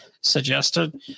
suggested